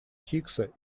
хиггса